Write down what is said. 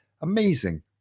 Amazing